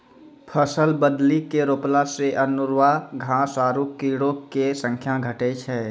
फसल बदली के रोपला से अनेरूआ घास आरु कीड़ो के संख्या घटै छै